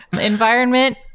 Environment